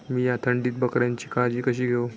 मीया थंडीत बकऱ्यांची काळजी कशी घेव?